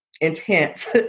intense